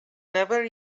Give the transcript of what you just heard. never